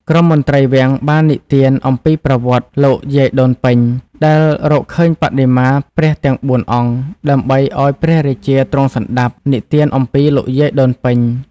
ក្រុមមន្ត្រីវាំងបាននិទានអំពីប្រវត្តិលោកយាយដូនពេញ ដែលរកឃើញបដិមាព្រះទាំងបួនអង្គ ដើម្បីឱ្យព្រះរាជាទ្រង់សណ្ដាប់ និទានអំពីលោកយាយដូនពេញ។